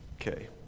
Okay